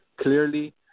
clearly